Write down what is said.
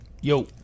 Yo